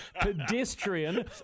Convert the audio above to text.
pedestrian